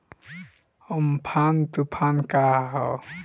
Amphan तुफान का ह?